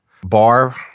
bar